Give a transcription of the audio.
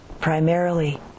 primarily